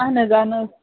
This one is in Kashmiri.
اَہَن حظ اَہَن حظ